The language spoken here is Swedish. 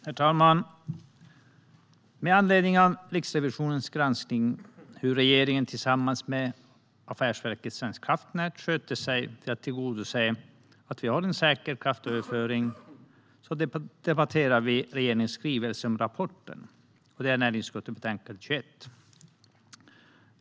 Herr talman! Med anledning av Riksrevisionens granskning av hur regeringen tillsammans med Affärsverket svenska kraftnät sköter sig för att tillgodose att vi har en säker kraftöverföring debatterar vi regeringens skrivelse om rapporten, näringsutskottets betänkande 21.